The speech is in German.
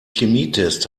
chemietest